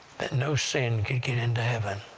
that no sin could get into heaven.